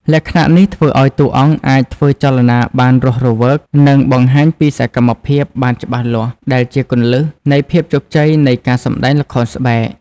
លក្ខណៈនេះធ្វើឱ្យតួអង្គអាចធ្វើចលនាបានរស់រវើក និងបង្ហាញពីសកម្មភាពបានច្បាស់លាស់ ដែលជាគន្លឹះនៃភាពជោគជ័យនៃការសម្ដែងល្ខោនស្បែក។